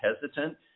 hesitant